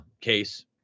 case